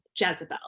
Jezebel